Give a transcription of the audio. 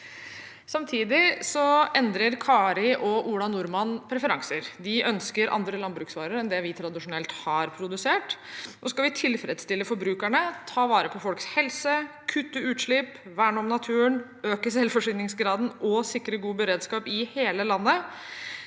Samtidig endrer Kari og Ola nordmann preferanser. De ønsker andre landbruksvarer enn det vi tradisjonelt har produsert, og skal vi tilfredsstille forbrukerne, ta vare på folks helse, kutte utslipp, verne om naturen, øke selvforsyningsgraden og sikre god beredskap i hele landet,